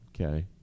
okay